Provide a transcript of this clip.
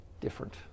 different